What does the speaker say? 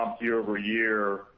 year-over-year